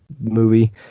movie